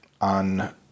on